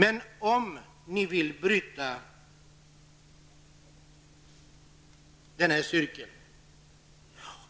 Men om ni vill bryta den här cirkeln,